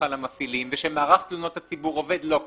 על המפעילים ושמערך תלונות הציבור עובד שלא כראוי.